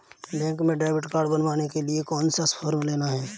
Bank में debit card बनवाने के लिए कौन सा फॉर्म लेना है?